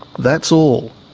that's all.